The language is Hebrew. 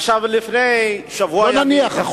עכשיו, לפני שבוע ימים, לא נניח.